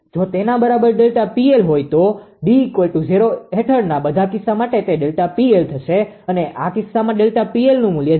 જો તેના બરાબર ΔPL હોય તો D૦ હેઠળના બધા કિસ્સા માટે તે ΔPL થશે અને આ કિસ્સામાં ΔPLનુ મુલ્ય 0